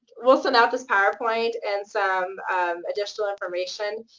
we'll send out this powerpoint and some additional information.